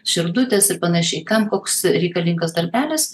širdutes ir panašiai kam koks reikalingas darbelis